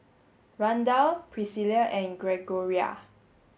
Randal Pricilla and Gregoria